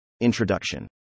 Introduction